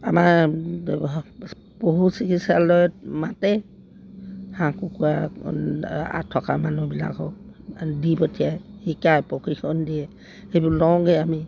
আমাৰ পশু চিকিৎসালয়ত মাতে হাঁহ কুকুৰা আঠ থকা মানুহবিলাকক দি পঠিয়াই শিকাই প্ৰশিক্ষণ দিয়ে সেইবোৰ লওঁগৈ আমি